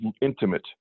intimate